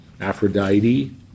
Aphrodite